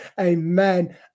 Amen